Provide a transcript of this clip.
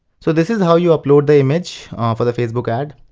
so this is how you upload the image for the facebook ads.